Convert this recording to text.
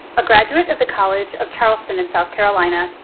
a graduate of the college of charleston in south carolina.